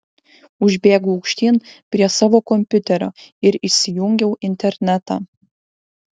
užbėgau aukštyn prie savo kompiuterio ir įsijungiau internetą